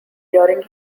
during